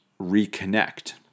reconnect